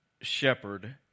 shepherd